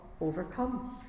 overcomes